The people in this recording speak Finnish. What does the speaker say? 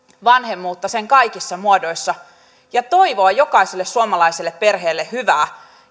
vanhemmuutta sen kaikissa muodoissa ja toivoa jokaiselle suomalaiselle perheelle hyvää